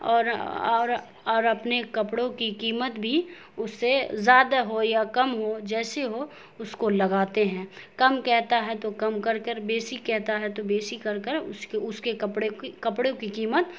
اور اور اور اپنے کپڑوں کی قیمت بھی اس سے زیادہ ہو یا کم ہو جیسے ہو اس کو لگاتے ہیں کم کہتا ہے تو کم کر کر بیسی کہتا ہے تو بیسی کر کر اس کے اس کے کپڑے کی کپڑوں کی قیمت